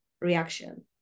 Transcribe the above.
reaction